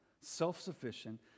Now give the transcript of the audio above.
self-sufficient